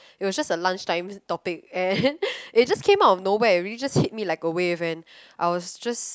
it was just a lunch time topic and it just came out of nowhere really just hit me like a wave and I was just